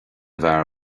bhfear